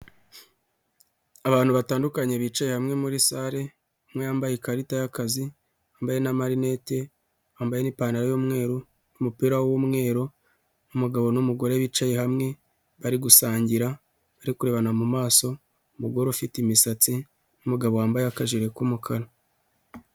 Abantu batandukanye bicaye hamwe muri sare, umwe yambaye ikarita y'akazi, wambaye n'amarinete, wambaye n'ipantaro y'umweru n'umupira w'umweru, umugabo n'umugore bicaye hamwe, bari gusangira, bari kurerebana mu maso, umugore ufite imisatsi n'umugabo wambaye akajire k'umukara.